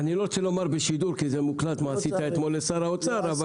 אני לא רוצה להגיד מה עשית אתמול לשר האוצר כי זה מוקלט,